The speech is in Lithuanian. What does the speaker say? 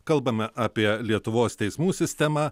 kalbame apie lietuvos teismų sistemą